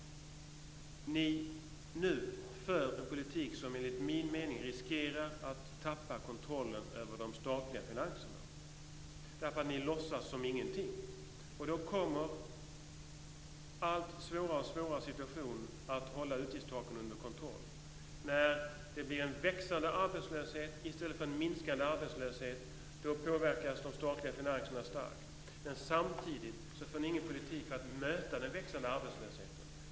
Ni för nu en politik som enligt min mening riskerar att tappa kontrollen över de statliga finanserna därför att ni låtsas som ingenting. Då kommer den allt svårare situationen att hålla utgiftstaken under kontroll. När det blir en växande arbetslöshet i stället för en minskad arbetslöshet påverkas de statliga finanserna starkt. Men samtidigt för ni ingen politik för att möta den växande arbetslösheten.